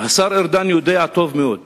השר ארדן יודע טוב מאוד